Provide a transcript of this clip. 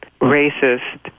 racist